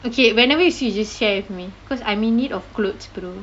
okay whenever you see you just share with me because I'm in need of clothes brother